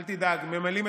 ברכות.